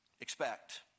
expect